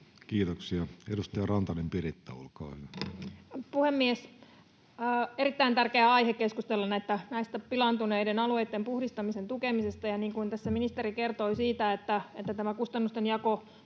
Kiitoksia. — Edustaja Rantanen, Piritta, olkaa hyvä. Puhemies! Erittäin tärkeää keskustella tästä pilaantuneiden alueitten puhdistamisen tukemisesta. — Niin kuin tässä ministeri kertoi, tämä kustannusten jako